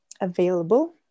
available